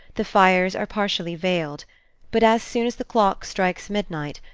the fires are partially veiled but as soon as the clock strikes midnight,